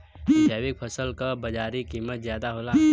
जैविक फसल क बाजारी कीमत ज्यादा होला